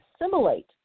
assimilate